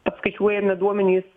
apskaičiuojami duomenys